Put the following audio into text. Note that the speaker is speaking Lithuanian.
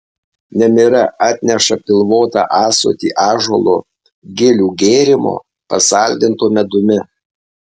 nemira atneša pilvotą ąsotį ąžuolo gilių gėrimo pasaldinto medumi